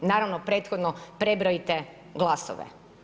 Naravno, prethodno, prebrojite glasove.